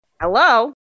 Hello